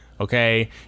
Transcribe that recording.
Okay